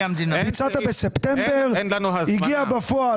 ביצעת בספטמבר, הגיע בפועל